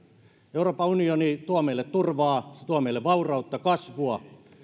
euroopan unioni tuo meille turvaa se tuo meille vaurautta kasvua